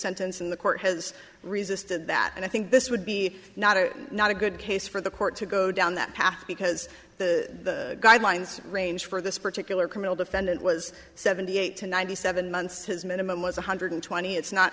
sentence and the court has resisted that and i think this would be not it not a good case for the court to go down that path because the guidelines range for this particular criminal defendant was seventy eight to ninety seven months his minimum was one hundred twenty it's not